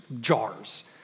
jars